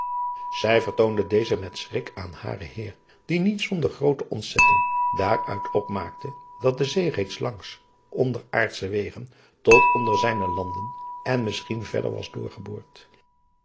ij vertoonde dezen met schrik aan haren eer die niet zonder groote ontzetting daaruit opmaakte dat de zee reeds langs on deraardsche wegen tot onder zijne landen en misschien verder was doorgeboord